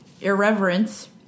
Irreverence